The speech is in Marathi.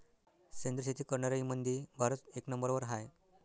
सेंद्रिय शेती करनाऱ्याईमंधी भारत एक नंबरवर हाय